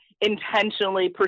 intentionally